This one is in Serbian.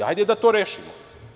Hajde da to rešimo.